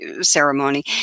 ceremony